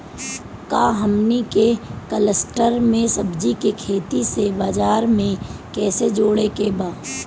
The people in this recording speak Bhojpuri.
का हमनी के कलस्टर में सब्जी के खेती से बाजार से कैसे जोड़ें के बा?